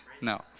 No